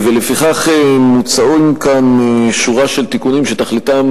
לפיכך מוצעת כאן שורה של תיקונים שתכליתם